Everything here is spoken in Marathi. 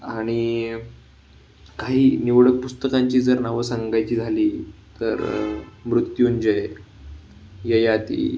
आणि काही निवडक पुस्तकांची जर नावं सांगायची झाली तर मृत्युंजय ययाती